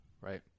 Right